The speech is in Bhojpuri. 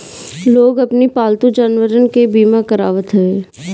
लोग अपनी पालतू जानवरों के बीमा करावत हवे